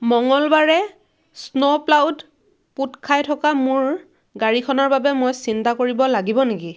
মঙলবাৰে স্ন'প্লাউত পোত খাই থকা মোৰ গাড়ীখনৰ বাবে মই চিন্তা কৰিব লাগিব নেকি